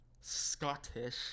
Scottish